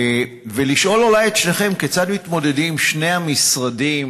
ולשאול אולי את שניכם כיצד מתמודדים שני המשרדים,